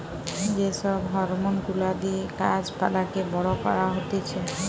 যে সব হরমোন গুলা দিয়ে গাছ পালাকে বড় করা হতিছে